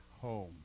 home